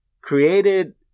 created